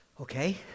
okay